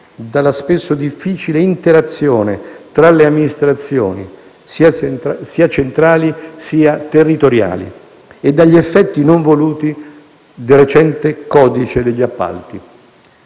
dalla spesso difficile interazione tra le amministrazioni, sia centrali sia territoriali, e dagli effetti non voluti del recente codice degli appalti.